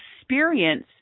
experience